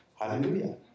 Hallelujah